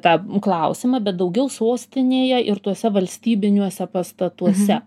tą klausimą bet daugiau sostinėje ir tuose valstybiniuose pastatuose